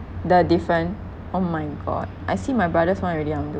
the different oh my god I see my brother's [one] already I want to